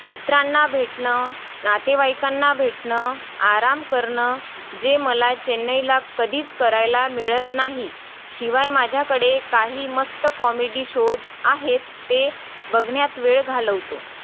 मित्रांना भेटणं नातेवाईकांना भेटणं आराम करणं जे मला चेन्नईला कधीच करायला मिळत नाही शिवाय माझ्याकडे काही मस्त कॉमेडी शोज आहेत ते बघण्यात वेळ घालवतो